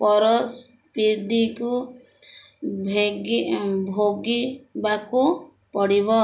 ପରସ୍ପିଡିକୁ ଭେ ଭୋଗିବାକୁ ପଡ଼ିବ